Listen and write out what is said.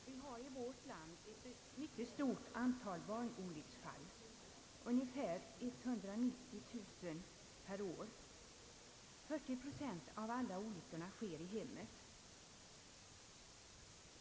Herr talman! Vi har i vårt land ett mycket stort antal barnolycksfall — ungefär 190 000 per år. Fyrtio procent av alla olyckorna sker i hemmet.